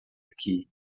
aqui